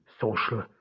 social